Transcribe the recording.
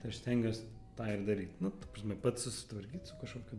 tai aš stengiuos tą ir daryt nu ta prasme pats susitvarkyt su kažkokiu